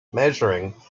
measuring